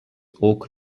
oak